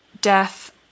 death